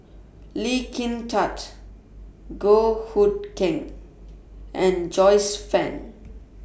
Lee Kin Tat Goh Hood Keng and Joyce fan